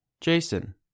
Jason